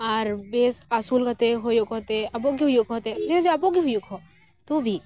ᱟᱨ ᱵᱮᱥ ᱟᱹᱥᱩᱞ ᱠᱟᱛᱮ ᱦᱩᱭᱩᱜ ᱠᱚᱨᱛᱮ ᱟᱵᱚ ᱦᱩᱭᱩᱜ ᱠᱟᱛᱮ ᱡᱮ ᱟᱵᱚ ᱜᱮ ᱦᱩᱭᱩᱜ ᱠᱚ ᱛᱩᱵᱤ